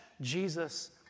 Jesus